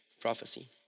prophecy